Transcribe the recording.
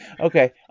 Okay